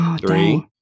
Three